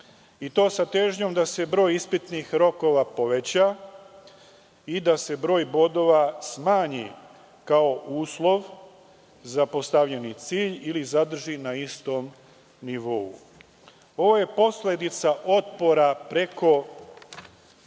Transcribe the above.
i to sa težnjom da se broj ispitnih rokova poveća, i da se broj bodova smanji kao uslov za postavljeni cilj ili zadrži na istom nivou. Ovo je posledica otpora preko